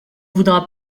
voudras